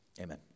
Amen